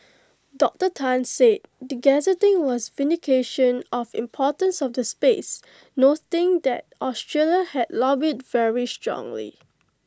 Doctor Tan said the gazetting was vindication of importance of the space noting that Australia had lobbied very strongly